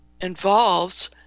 involves